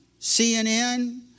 CNN